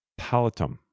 Palatum